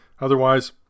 otherwise